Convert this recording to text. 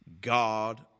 God